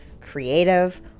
creative